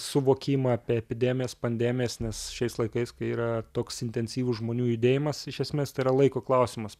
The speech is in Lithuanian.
suvokimą apie epidemijas pandemijas nes šiais laikais kai yra toks intensyvus žmonių judėjimas iš esmės tai yra laiko klausimas